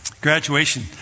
graduation